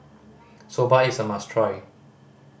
soba is a must try